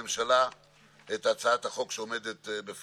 במה שאפשר להכפיש את ראש הממשלה הכול מצוין.